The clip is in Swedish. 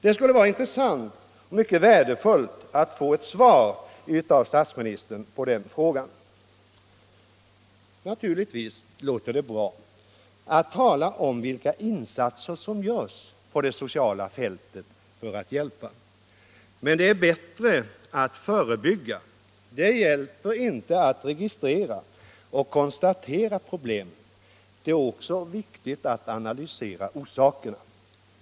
Det skulle vara mycket värdefullt att få ett svar på den frågan. Naturligtvis låter det bra att tala om vilka insatser på det sociala fältet som görs för att hjälpa. Men det är bättre att förebygga. Det hjälper inte att bara registrera problemen och konstatera att de finns. Det är också viktigt att man analyserar orsakerna till dem.